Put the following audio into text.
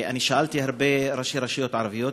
אני שאלתי הרבה ראשי רשויות ערביות,